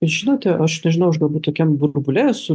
žinote aš nežinau aš galbūt tokiam burbule esu